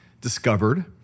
discovered